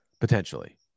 potentially